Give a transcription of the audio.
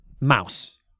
Mouse